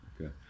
Okay